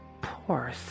poor